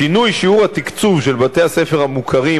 שינוי שיעור התקצוב של בתי-הספר המוכרים